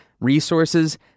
resources